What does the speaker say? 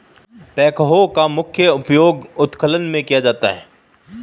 backhoe का मुख्य उपयोग उत्खनन में किया जाता है